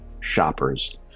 shoppers